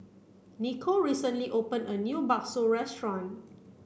Nicole recently open a new Bakso restaurant